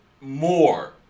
more